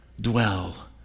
dwell